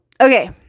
Okay